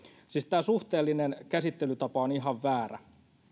siis tämä suhteellinen käsittelytapa on ihan väärä